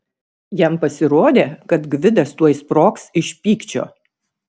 jam pasirodė kad gvidas tuoj sprogs iš pykčio